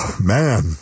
Man